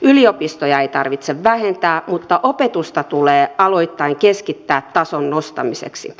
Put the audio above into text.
yliopistoja ei tarvitse vähentää mutta opetusta tulee aloittain keskittää tason nostamiseksi